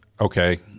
Okay